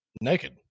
naked